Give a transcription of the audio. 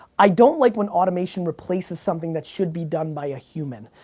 i don't like when automation replaces something that should be done by a human.